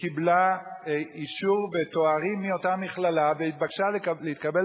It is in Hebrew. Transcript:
שקיבלה אישור ותארים מאותה מכללה והתבקשה להתקבל